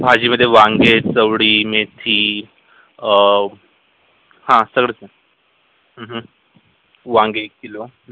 भाजीमध्ये वांगी आहेत चवळी मेथी हां सगळंच आहे वांगी एक किलो